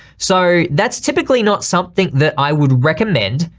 so that's typically not something that i would recommend,